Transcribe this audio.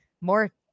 more